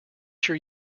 sure